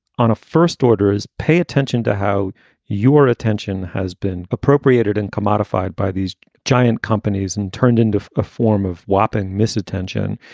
on a first order is pay attention to how your attention has been appropriated and commodified by these giant companies and turned into a form of whopping mis attention.